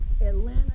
Atlanta